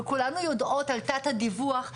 וכולנו יודעות על תת הדיווח,